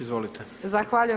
Izvolite!